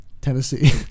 tennessee